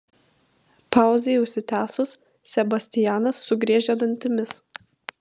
pauzei užsitęsus sebastianas sugriežė dantimis